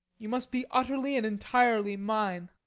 you must be utterly and entirely mine.